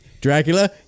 Dracula